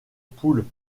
poules